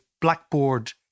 blackboard